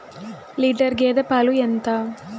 Litre గేదె పాలు ఎంత?